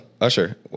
Usher